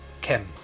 Kim